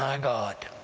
ah god!